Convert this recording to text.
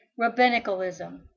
rabbinicalism